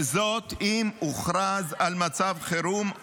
וזאת אם הוכרז על מצב חירום,